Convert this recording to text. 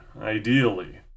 ideally